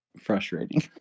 frustrating